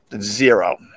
Zero